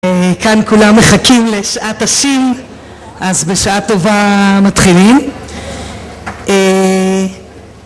כאן כולם מחכים לשעת השין אז בשעה טובה מתחילים